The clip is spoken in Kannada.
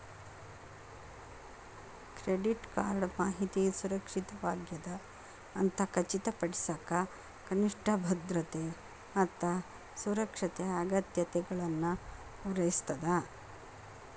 ಕ್ರೆಡಿಟ್ ಕಾರ್ಡ್ ಮಾಹಿತಿ ಸುರಕ್ಷಿತವಾಗ್ಯದ ಅಂತ ಖಚಿತಪಡಿಸಕ ಕನಿಷ್ಠ ಭದ್ರತೆ ಮತ್ತ ಸುರಕ್ಷತೆ ಅಗತ್ಯತೆಗಳನ್ನ ಪೂರೈಸ್ತದ